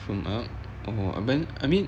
form up oh but then I mean